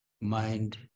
Mind